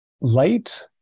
light